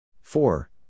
Four